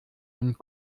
und